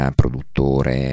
produttore